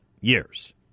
years